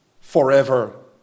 forever